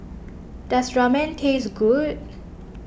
does Ramen taste good